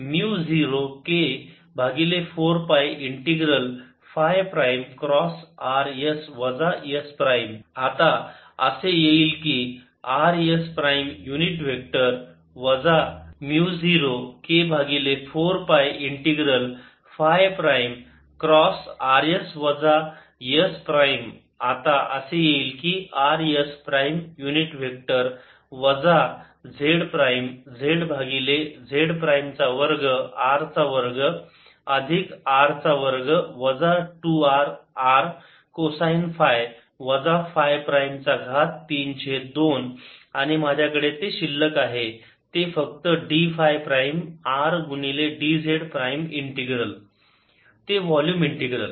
mu 0 k भागिले 4 pi integral phi prime cross r s वजा s prime आता असे येईल की R s prime unit vector वजा z प्राईम z भागिले z प्राईम चा वर्ग R चा वर्ग अधिक r चा वर्ग वजा 2 R r कोसाइन फाय वजा फाय प्राईम चा घात 3 छेद 2 आणि माझ्याकडे ते शिल्लक आहे ते फक्त d फाय प्राईम R गुणिले dz प्राईम इंटीग्रल ते वोल्युम इंटिग्रल